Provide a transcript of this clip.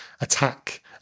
attack